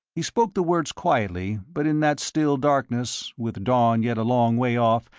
he spoke the words quietly, but in that still darkness, with dawn yet a long way off,